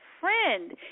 Friend